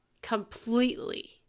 completely